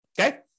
okay